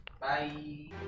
Bye